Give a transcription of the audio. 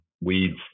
weeds